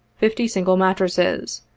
fifty single mattresses,